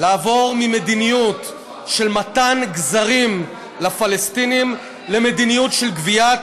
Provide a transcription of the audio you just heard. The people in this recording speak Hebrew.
לעבור ממדיניות של מתן גזרים לפלסטינים למדיניות של גביית